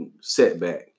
setback